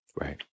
Right